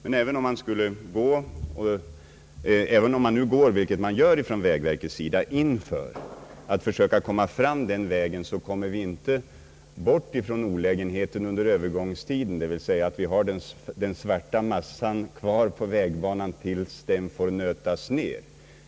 Men även om man försöker lösa problemet på det viset — vilket vägverket går in för — kommer man inte bort från olägenheten under övergångstiden, d. v. s. att vi har den svarta massan kvar på vägbanan tills den får nötas ner.